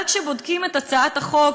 אבל כשבודקים את הצעת החוק,